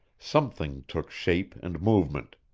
something took shape and movement.